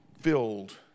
filled